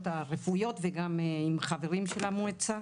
הרפואיות וגם עם חברים של המועצה.